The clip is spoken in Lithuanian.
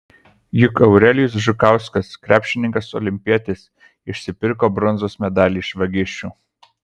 juk eurelijus žukauskas krepšininkas olimpietis išsipirko bronzos medalį iš vagišių